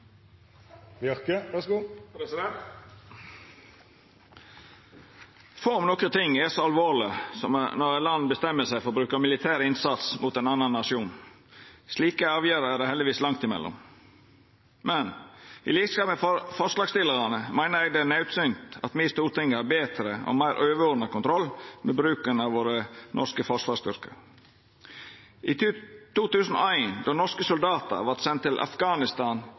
Få ting, om nokon, er så alvorlege som når eit land bestemmer seg for å bruka militær innsats mot ein annan nasjon. Slike avgjerder er det heldigvis langt imellom. Men til liks med forslagsstillarane meiner eg det er naudsynt at me i Stortinget har betre og meir overordna kontroll med bruken av våre norske forsvarsstyrkar. I 2001, då norske soldatar vart sende til Afghanistan